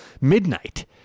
midnight